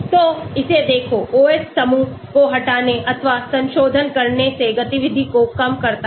तो इसे देखो OH समूह को हटाने अथवा संशोधन करने से गतिविधि को कम करता है